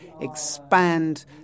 expand